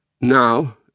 Now